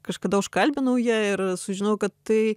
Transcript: kažkada užkalbinau ją ir sužinojau kad tai